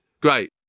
Great